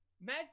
mad